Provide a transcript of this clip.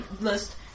list